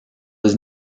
was